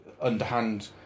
underhand